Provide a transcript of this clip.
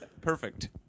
perfect